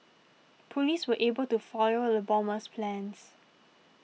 police were able to foil the bomber's plans